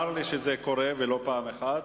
צר לי שזה קורה, ולא פעם אחת,